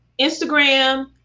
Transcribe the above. Instagram